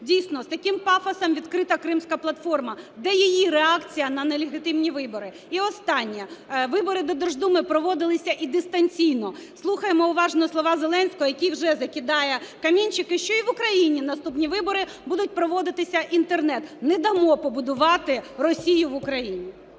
Дійсно, з таким пафосом відкрита Кримська платформа. Де її реакція на нелегітимні вибори? І останнє. Вибори до Держдуми проводились і дистанційно. Слухаємо уважно слова Зеленського, який вже закидає камінчики, що і в Україні наступні вибори будуть проводитися в інтернеті. Не дамо побудувати Росію в Україні!